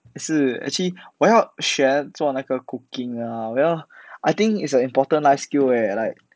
还是 actually 我要学做那个 cooking ah 我要 I think is a important life skill eh like